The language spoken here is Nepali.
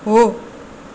हो